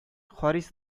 харис